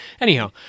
Anyhow